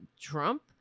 Trump